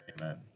Amen